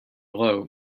low